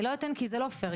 אני לא אתן כי זה לא פייר.